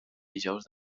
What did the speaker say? dijous